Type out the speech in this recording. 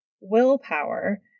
willpower